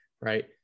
right